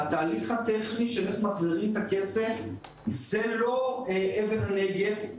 התהליך הטכני איך מחזירים את הכסף זה לא אבן נגף.